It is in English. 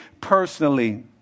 personally